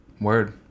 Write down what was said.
Word